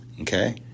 Okay